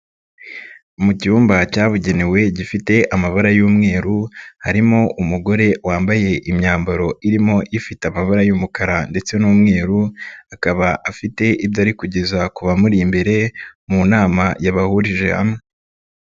Mu cyumba cyabugenewe gifite amabara y'umweru harimo umugore wambaye imyambaro irimo ifite amabara y'umukara ndetse n'umweru, akaba afite ibyo ari kugeza ku bamuri imbere mu nama yabahurije hamwe.